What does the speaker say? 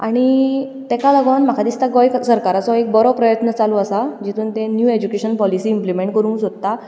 आनी ताका लागून म्हाका दिसता गोंय सरकाराचो एक बरो प्रयत्न चालू आसा जितून ते न्यू एज्युकेशन पॉलिसी इंप्लिमेंट करूंक सोदता